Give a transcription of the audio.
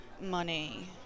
money